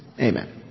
amen